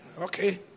Okay